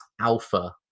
alpha